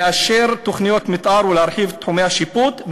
לאשר תוכניות מתאר ולהרחיב את תחומי השיפוט,